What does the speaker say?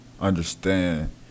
understand